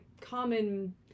common